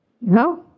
No